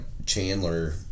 Chandler